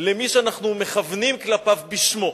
למי שאנחנו מכוונים כלפיו בשמו.